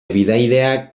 bidaideak